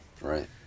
Right